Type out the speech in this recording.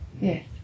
Yes